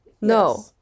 No